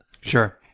Sure